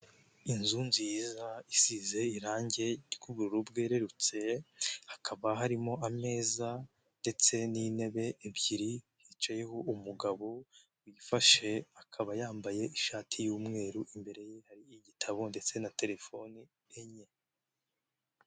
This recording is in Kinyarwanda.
Inzu nziza isize irangi ry'ubururu bwererutse, hakaba harimo ameza ndetse n'intebe ebyiri hicayeho umugabo wifashe akaba yambaye ishati y'umweru imbere ye hari igitabo ndetse na telefoni enye.